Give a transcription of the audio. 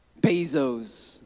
Bezos